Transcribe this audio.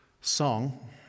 song